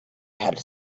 had